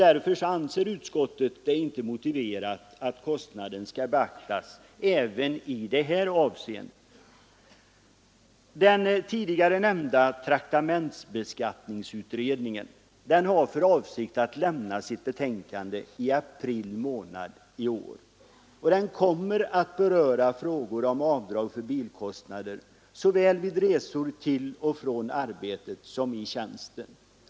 Därför anser utskottet det inte heller motiverat att den här kostnaden beaktas. Den tidigare nämnda traktamentsbeskattningsutredningen har för avsikt att lämna sitt betänkande i april månad i år. Den kommer att beröra frågor om avdrag för bilkostnader vid resor såväl till och från arbetet som i tjänsten.